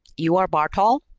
you are bartol?